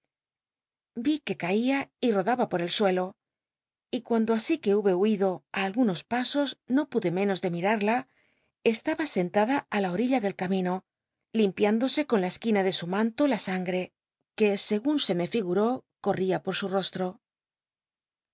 vi que caia y rodaba por el suelo y cuando así que hube huido ú algunos pasos no pude menos de mirarla estaba sentada á la orilla del camino limpiándose con la esquina de su manto la sangre qu e segun se me llguró conia por su rostro